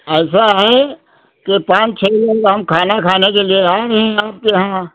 ऐसा है कि पाँच छः दिन हम खाना खाने के लिए आ रहे हैं आपके यहाँ